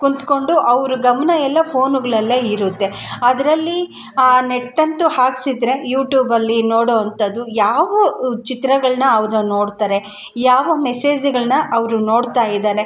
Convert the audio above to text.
ಕೂತ್ಕೊಂಡು ಅವ್ರ ಗಮನ ಎಲ್ಲ ಫೋನುಗಳಲ್ಲೇ ಇರುತ್ತೆ ಅದರಲ್ಲಿ ಆ ನೆಟ್ಟಂತೂ ಹಾಕಿಸಿದ್ರೆ ಯುಟೂಬಲ್ಲಿ ನೋಡೋ ಅಂಥದ್ದು ಯಾವ ಚಿತ್ರಗಳನ್ನ ಅವರು ನೋಡ್ತಾರೆ ಯಾವ ಮೆಸೇಜ್ಗಳನ್ನ ಅವರು ನೋಡ್ತಾ ಇದ್ದಾನೆ